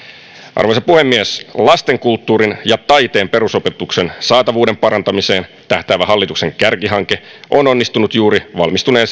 arvoisa puhemies lastenkulttuurin ja taiteen perusopetuksen saatavuuden parantamiseen tähtäävä hallituksen kärkihanke on onnistunut juuri valmistuneen